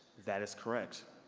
that is correct.